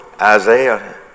Isaiah